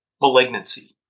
malignancy